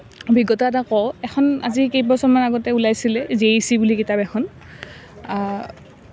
অভিজ্ঞতা এটা কওঁ এখন আজি কেইবছৰমান আগতে ওলাইছিল জে ই চি বুলি কিতাপ এখন